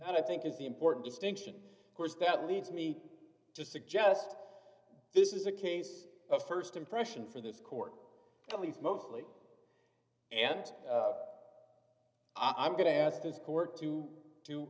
i think is the important distinction of course that leads me to suggest this is a case of st impression for this court at least mostly and i'm going to ask this court to to